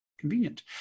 convenient